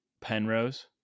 penrose